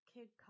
Kid